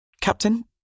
captain